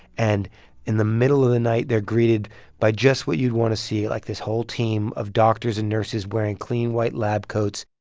and in the middle of the night, they're greeted by just what you'd want to see like, this whole team of doctors and nurses wearing clean, white lab coats.